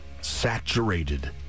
saturated